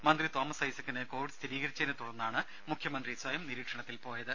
മന്ത്രി തോമസ് ഐസക്കിന് കോവിഡ് സ്ഥിരീകരിച്ചതിനെ തുടർന്നാണ് മുഖ്യമന്ത്രി സ്വയം നിരീക്ഷണത്തിൽ പോയത്